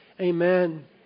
Amen